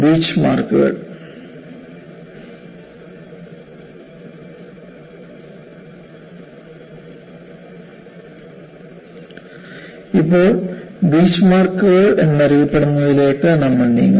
ബീച്ച്മാർക്കുകൾ ഇപ്പോൾ ബീച്ച്മാർക്കുകൾ എന്നറിയപ്പെടുന്നതിലേക്ക് നമ്മൾ നീങ്ങുന്നു